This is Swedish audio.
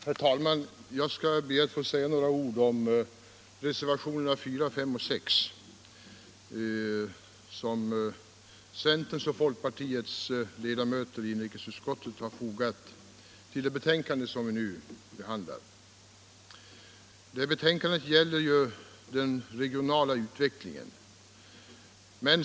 Herr talman! Jag skall be att få säga några ord om reservationerna 4, 5 och 6, som centerpartiets och folkpartiets ledamöter i inrikesutskottet har fogat till det betänkande som vi nu behandlar. Betänkandet gäller den regionala utvecklingen.